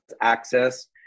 access